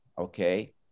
okay